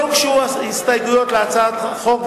לא הוגשו הסתייגויות להצעת החוק,